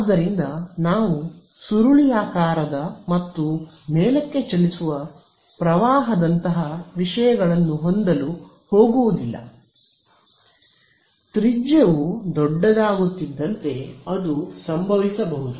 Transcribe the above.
ಆದ್ದರಿಂದ ನಾವು ಸುರುಳಿಯಾಕಾರದ ಮತ್ತು ಮೇಲಕ್ಕೆ ಚಲಿಸುವ ಪ್ರವಾಹದಂತಹ ವಿಷಯಗಳನ್ನು ಹೊಂದಲು ಹೋಗುವುದಿಲ್ಲ ತ್ರಿಜ್ಯವು ದೊಡ್ಡದಾಗುತ್ತಿದ್ದಂತೆ ಅದು ಸಂಭವಿಸಬಹುದು